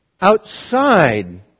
outside